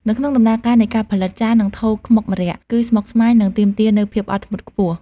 នៅក្នុងដំណើរការនៃការផលិត ចាន និងថូខ្មុកម្រ័ក្សណ៍គឺស្មុគស្មាញ និងទាមទារនូវភាពអត់ធ្មត់ខ្ពស់។